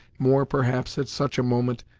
more, perhaps, at such a moment,